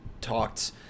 talked